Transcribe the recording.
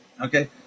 okay